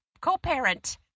co-parent